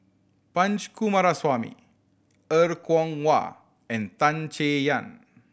Punch Coomaraswamy Er Kwong Wah and Tan Chay Yan